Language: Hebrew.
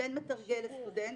לסטודנט, בין מתרגל לסטודנט.